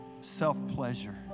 self-pleasure